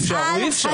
אפשר או אי-אפשר?